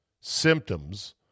symptoms